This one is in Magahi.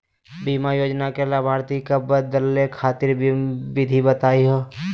बीमा योजना के लाभार्थी क बदले खातिर विधि बताही हो?